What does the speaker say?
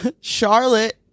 Charlotte